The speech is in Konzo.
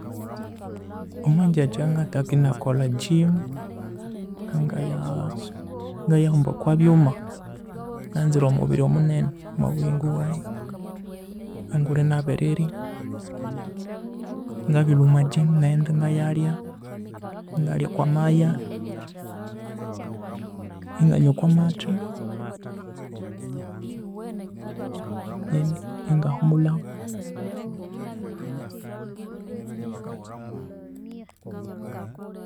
Omwa ngyakya ngathaka enakolha egym engayasu engaya humba okwa byuma nganzire omubiri omu nene omwa buyingo bwaghe angulhi enabirirya ngabilhwa omwa gym engaghenda enayalhya, engalhya okwa maya, anganywa okwa mathe indi engahumulhahu